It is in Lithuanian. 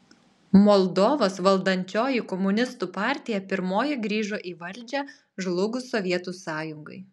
moldovos valdančioji komunistų partija pirmoji grįžo į valdžią žlugus sovietų sąjungai